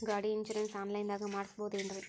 ಗಾಡಿ insurance online ದಾಗ ಮಾಡಸ್ಬಹುದೆನ್ರಿ?